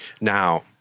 Now